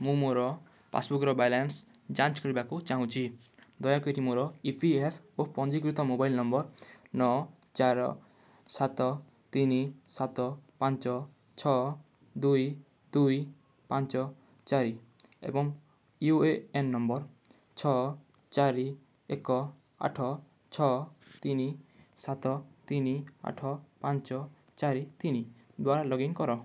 ମୁଁ ମୋର ପାସ୍ବୁକ୍ର ବାଲାନ୍ସ ଯାଞ୍ଚ କରିବାକୁ ଚାହୁଁଛି ଦୟାକରି ମୋର ଇ ପି ଏଫ୍ ଓ ପଞ୍ଜୀକୃତ ମୋବାଇଲ୍ ନମ୍ବର୍ ନଅ ଚାରି ସାତ ତିନି ସାତ ପାଞ୍ଚ ଛଅ ଦୁଇ ଦୁଇ ପାଞ୍ଚ ଚାରି ଏବଂ ୟୁ ଏ ଏନ୍ ନମ୍ବର୍ ଛଅ ଚାରି ଏକ ଆଠ ଛଅ ତିନି ସାତ ତିନି ଆଠ ପାଞ୍ଚ ଚାରି ତିନି ଦ୍ଵାରା ଲଗ୍ଇନ୍ କର